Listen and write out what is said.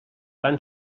van